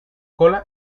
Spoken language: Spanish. cola